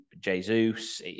Jesus